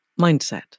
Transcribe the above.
mindset